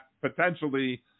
potentially